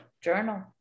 journal